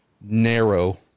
narrow